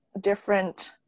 different